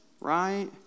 right